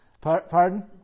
Pardon